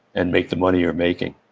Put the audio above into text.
and make the money you're making.